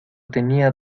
tenía